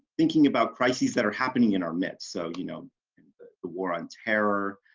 thinking about crises that are happening in our myths so, you know and the the war on terror,